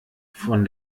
von